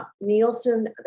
Nielsen